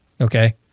okay